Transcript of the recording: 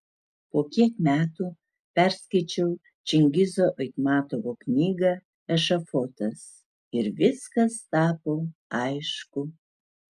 po kiek metų perskaičiau čingizo aitmatovo knygą ešafotas ir viskas tapo aišku